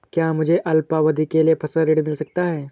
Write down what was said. क्या मुझे अल्पावधि के लिए फसल ऋण मिल सकता है?